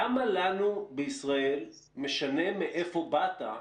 למה לנו בישראל משנה מאיפה באת,